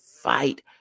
fight